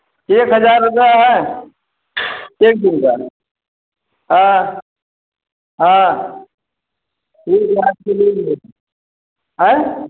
एक हजार रुपया है एक दिन का हाँ हाँ आयँ